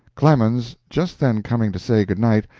clemens, just then coming to say good-night,